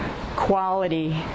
quality